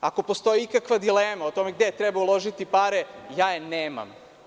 Ako postoji ikakva dilema o tome gde treba uložiti pare, ja je nemam.